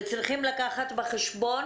צריכים לקחת בחשבון